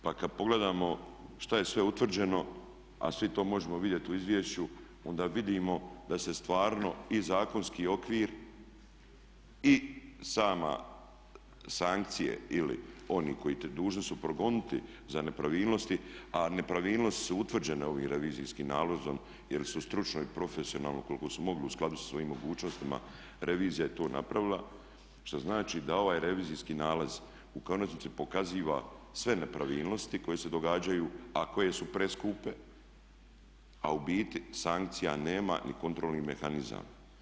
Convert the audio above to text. Pa kad pogledamo šta je sve utvrđeno, a svi to možemo vidjet u izvješću, onda vidimo da se stvarno i zakonski okvir i sama sankcije ili oni koji dužni su progoniti za nepravilnosti, a nepravilnosti su utvrđene ovim revizijskim nalazom jer su stručno i profesionalno koliko su mogli u skladu sa svojim mogućnostima revizija je to napravila, što znači da ovaj revizijski nalaz u konačnici pokaziva sve nepravilnosti koje se događaju, a koje su preskupe, a u biti sankcija nema i kontrolnih mehanizama.